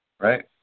Right